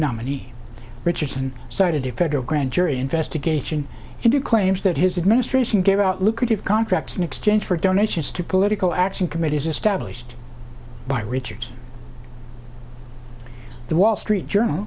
nominee richardson cited the federal grand jury investigation into claims that his administration gave out lucrative contracts in exchange for donations to political action committees established by richard the wall street journal